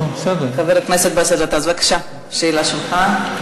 חבר הכנסת באסל גטאס, בבקשה, שאלה שלך.